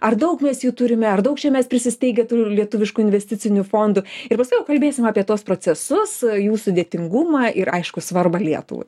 ar daug mes jų turime ar daug čia mes prisisteigę tų lietuviškų investicinių fondų ir paskui jau kalbėsim apie tuos procesus jų sudėtingumą ir aišku svarbą lietuvai